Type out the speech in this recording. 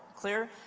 clear?